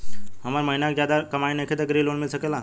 हमर महीना के ज्यादा कमाई नईखे त ग्रिहऽ लोन मिल सकेला?